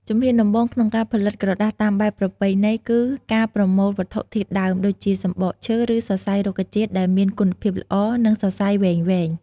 ជំហានដំបូង ក្នុងការផលិតក្រដាសតាមបែបប្រពៃណីគឺ ការប្រមូលវត្ថុធាតុដើម ដូចជាសំបកឈើ ឬសរសៃរុក្ខជាតិ ដែលមាន គុណភាពល្អ និងសរសៃវែងៗ។